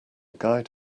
guide